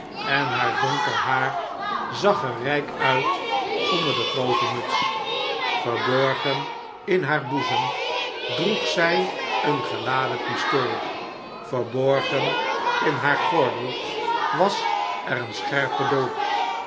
en haar donker haar zag er rijk uit onder de grove muts verborgen in haar boezem droeg zij een geladen pistool verborgen in haar gordel was er een scherpe dolk